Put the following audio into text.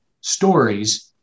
stories